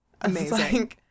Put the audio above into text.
Amazing